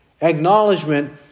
acknowledgement